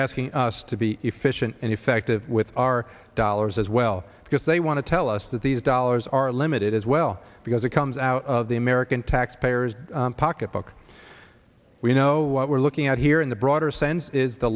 asking us to be efficient and effective with our dollars as well because they want to tell us that these dollars are limited as well because it comes out of the american taxpayers pocketbook we know what we're looking at here in the broader sense is the